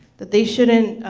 that they shouldn't